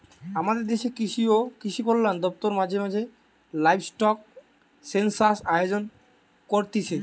আমদের দেশের কৃষি ও কৃষিকল্যান দপ্তর মাঝে মাঝে লাইভস্টক সেনসাস আয়োজন করতিছে